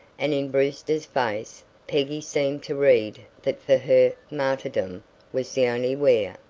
and in brewster's face peggy seemed to read that for her martyrdom was the only wear.